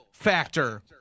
Factor